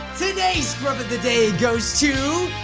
today scrub of the day goes to